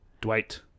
Dwight